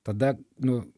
tada nu